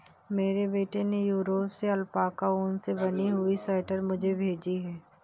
मेरे बेटे ने यूरोप से अल्पाका ऊन से बनी हुई स्वेटर मुझे भेजी है